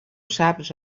saps